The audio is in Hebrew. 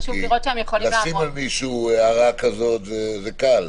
לשים על מישהו הערה כזאת זה קל.